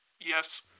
Yes